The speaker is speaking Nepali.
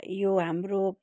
यो हाम्रो